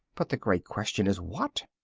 but the great question is what?